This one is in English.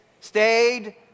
stayed